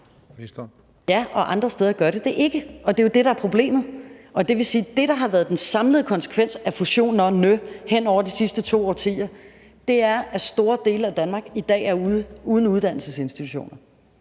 Ja, og andre steder gør det det ikke, og det er jo det, der er problemet. Det vil sige, at det, der har været den samlede konsekvens af fusionerne hen over de sidste to årtier, er, at store dele af Danmark i dag er uden uddannelsesinstitutioner,